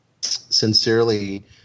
sincerely